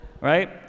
right